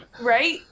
right